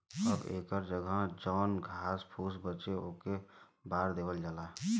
अब एकर जगह जौन घास फुस बचे ओके बार देवल जाला